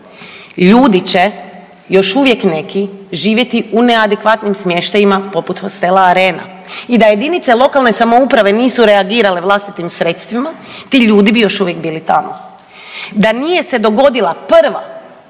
Ljudi će još uvijek neki živjeti u neadekvatnim smještajima poput hostela Arena i da jedinice lokalne samouprave nisu reagirale vlastitim sredstvima ti ljudi bi još uvijek bili tamo. Da nije se dogodila prva